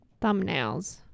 thumbnails